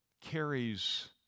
carries